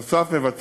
כמו כן,